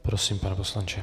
Prosím, pane poslanče.